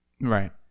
Right